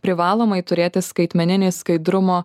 privalomai turėti skaitmeninį skaidrumo